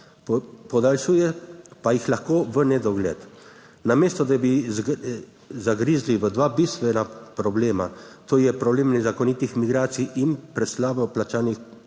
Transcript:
Podaljšuje pa jih lahko v nedogled. Namesto da bi zagrizli v dva bistvena problema, to je problem nezakonitih migracij in preslabo plačanih